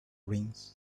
rings